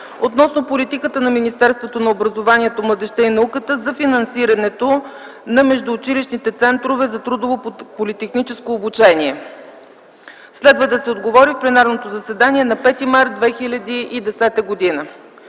относно политиката на Министерството на образованието, младежта и науката за финансирането на междуучилищните центрове за трудово-политехническо обучение. Следва да се отговори в пленарното заседание на 5 март 2010 г.